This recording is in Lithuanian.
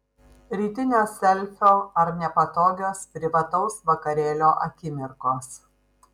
rytinio selfio ar nepatogios privataus vakarėlio akimirkos